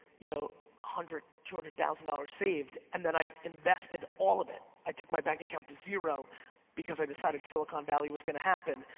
you know hundred, two hundred thousand dollars saved, and then i invested all of it. i took my bank account to zero because i decided silicon valley was gonna happen.